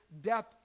death